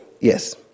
Yes